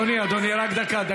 אדוני, אדוני, רק דקה.